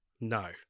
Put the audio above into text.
No